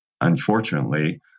unfortunately